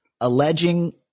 Alleging